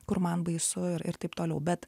kur man baisu ir ir taip toliau bet